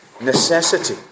necessity